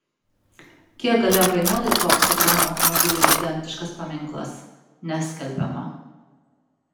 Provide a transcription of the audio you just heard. kiek galėjo kainuoti toks tikram automobiliui identiškas paminklas neskelbiama